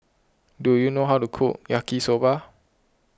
do you know how to cook Yaki Soba